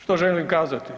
Što želim kazati?